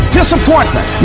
disappointment